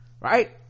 right